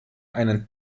einen